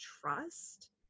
trust